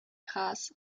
graz